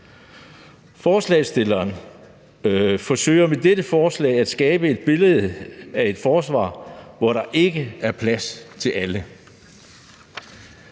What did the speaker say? Forslagsstillerne forsøger med dette forslag at skabe et billede af et forsvar, hvor der ikke er plads til alle.